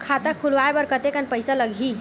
खाता खुलवाय बर कतेकन पईसा लगही?